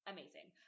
amazing